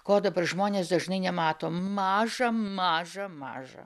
ko dabar žmonės dažnai nemato maža maža maža